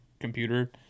computer